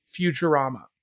Futurama